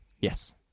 Yes